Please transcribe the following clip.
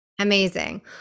amazing